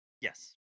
Yes